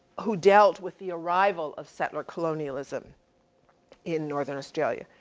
who dealt with the arrival of settler colonialism in northern australia.